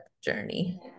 journey